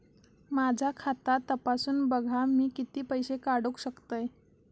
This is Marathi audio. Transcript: माझा खाता तपासून बघा मी किती पैशे काढू शकतय?